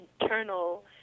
internal